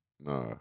nah